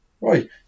Right